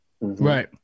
Right